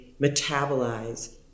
metabolize